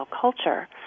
culture